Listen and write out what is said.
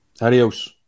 Adios